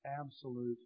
absolute